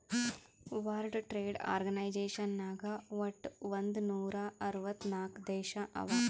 world trade organisation ನಾಗ್ ವಟ್ ಒಂದ್ ನೂರಾ ಅರ್ವತ್ ನಾಕ್ ದೇಶ ಅವಾ